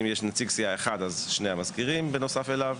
אם יש נציג סיעה אחד אז שני המזכירים בנוסף אליו.